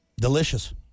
Delicious